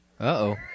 Uh-oh